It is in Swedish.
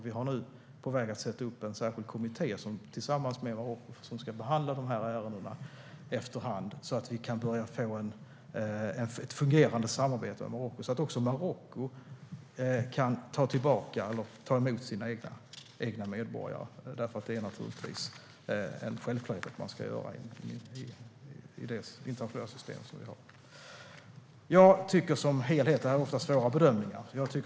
Vi är på väg att sätta ihop en särskild kommitté som ska behandla dessa ärenden efter hand så att vi kan få ett fungerande samarbete och så att Marocko kan ta emot sina egna medborgare, för det är givetvis en självklarhet att man ska göra det i det internationella system vi har. Det här är ofta svåra bedömningar.